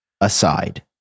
Aside